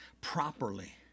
properly